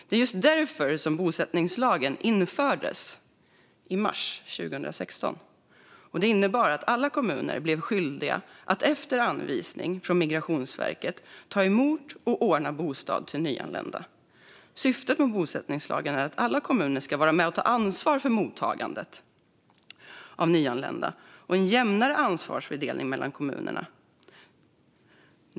Det var just därför bosättningslagen infördes i mars 2016. Den innebar att alla kommuner blev skyldiga att efter anvisning från Migrationsverket ta emot och ordna bostad till nyanlända. Syftet med bosättningslagen är att alla kommuner ska vara med och ta ansvar för mottagandet av nyanlända samt få en jämnare ansvarsfördelning mellan kommunerna.